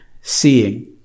seeing